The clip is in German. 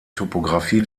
topografie